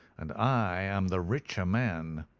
and i am the richer man.